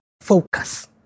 focus